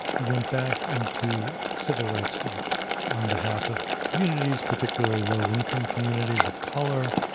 you went back into civil rights work on behalf of communities, particularly low income communities of color,